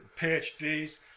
phds